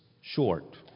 short